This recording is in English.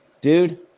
Dude